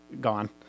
gone